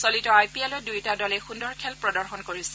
চলিত আই পি এলত দুয়োটা দলেই সুন্দৰ খেল প্ৰদৰ্শন কৰিছে